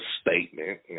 statement